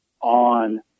on